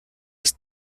ist